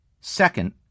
Second